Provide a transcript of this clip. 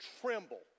tremble